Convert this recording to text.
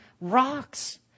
rocks